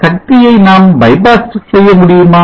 சக்தியை நாம் பைபாஸ் செய்ய முடியுமா